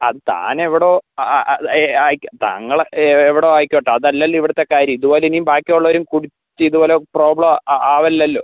അത് താനെവിടോ അത് ആയിക്കോട്ടെ തങ്ങൾ എവിടോ ആയിക്കോട്ടെ അതല്ലല്ലോ ഇവിടുത്തെ കാര്യം ഇതുപോലെ ഇനി ബാക്കിയുള്ളവരും കുടിച്ച് ഇത് പോലെ പ്രോബ്ലം ആ ആവല്ലല്ലോ